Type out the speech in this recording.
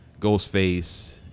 Ghostface